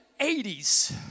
80s